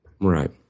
Right